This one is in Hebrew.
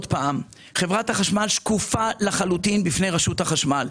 חברת החשמל שקופה לחלוטין בפני רשות החשמל.